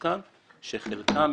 שחלקם,